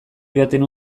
joaten